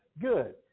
Good